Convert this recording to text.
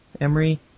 Emery